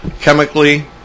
chemically